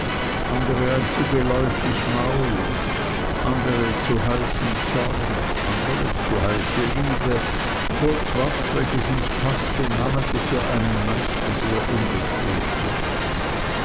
andere ein zu geläufig maul andere zu heißen zorn andere zu heiße liebe kurz was welches nicht paßt und namentlich für einen meister sehr unbequem ist